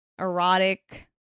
erotic